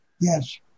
Yes